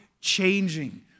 changing